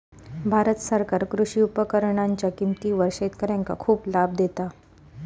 भारत सरकार कृषी उपकरणांच्या किमतीवर शेतकऱ्यांका खूप लाभ देता